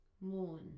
Moon